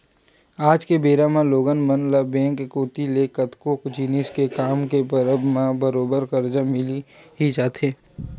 आज के बेरा म लोगन मन ल बेंक कोती ले कतको जिनिस के काम के परब म बरोबर करजा मिल ही जाथे